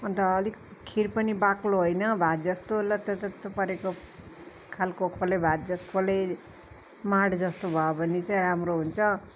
अन्त अलिक खीर पनि बाक्लो होइन भात जस्तो लततत परेको खालको खोले भात जस्तो खोले माड जस्तो भयो भने चाहिँ राम्रो हुन्छ